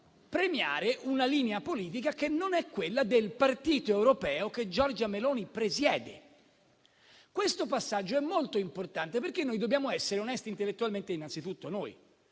premiare una linea politica che non è quella del Partito europeo che Giorgia Meloni presiede. Questo passaggio è molto importante, perché noi dobbiamo essere onesti intellettualmente, innanzitutto noi,